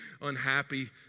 unhappy